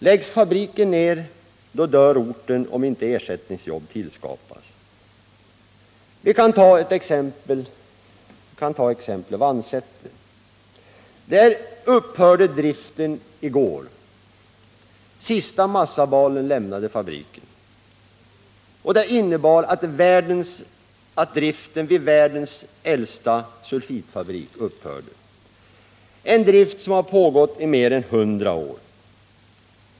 Läggs fabriken ned, då dör orten, om inte ersättningsjobb tillskapas. Vi kan ta exemplet Vannsäter. Där upphörde driften i går. Sista massabalen lämnade fabriken. Detta innebar att driften vid världens äldsta sulfitfabrik upphörde, en drift som pågått i mer än hundra år.